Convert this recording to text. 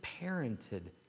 parented